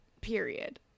Period